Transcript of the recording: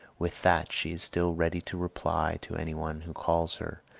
with that she is still ready to reply to any one who calls her,